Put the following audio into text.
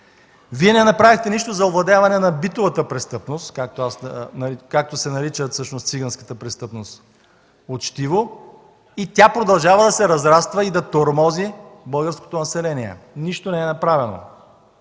Вие не направихте нищо за овладяване на битовата престъпност, както аз наричам всъщност циганската престъпност учтиво, и тя продължава да се разраства и да тормози българското население. Нищо не е направено.